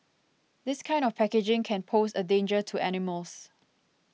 this kind of packaging can pose a danger to animals